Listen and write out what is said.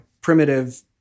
primitive